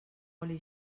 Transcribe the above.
oli